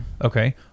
okay